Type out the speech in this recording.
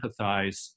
empathize